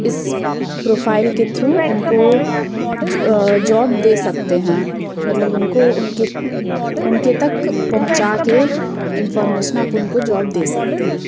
इस प्रोफाइल के थ्रू उनको जॉब दे सकते हैं मतलब उनको उनके तक पहुँचा के इनफार्मेशन आप उनको जॉब दे सकते हैं